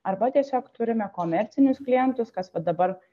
arba tiesiog turime komercinius klientus kas va dabar